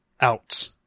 out